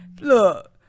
look